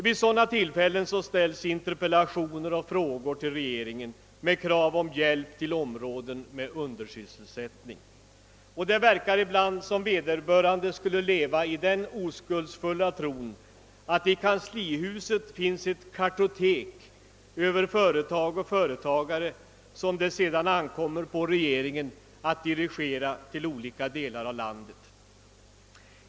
Vid sådana tillfällen framställes interpellationer och frågor till regeringen med krav om hjälp till områden med undersysselsättning. Ibland verkar det som om vederbörande levde i den oskuldsfulla tron att det i kanslihuset finns ett kartotek över företag och företagare som det ankommer på regeringen att dirigera till olika delar av landet.